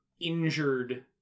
injured